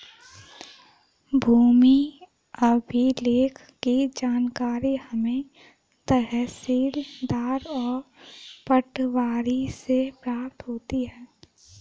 भूमि अभिलेख की जानकारी हमें तहसीलदार और पटवारी से प्राप्त होती है